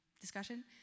discussion